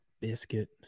biscuit